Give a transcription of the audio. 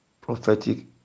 prophetic